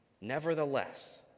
Nevertheless